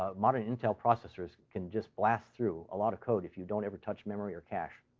ah modern intel processors can just blast through a lot of code if you don't ever touch memory or cache.